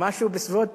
משלמים שם משהו בסביבות